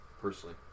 Personally